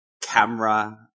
camera